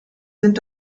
sind